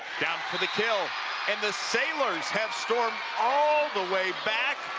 town for the killand and the sailors have stormed all the way back